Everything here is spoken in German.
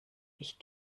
ich